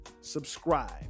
subscribe